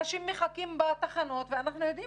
אנשים מחכים בתחנות ואנחנו יודעים